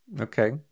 Okay